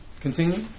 Continue